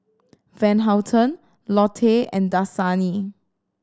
Van Houten Lotte and Dasani